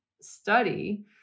study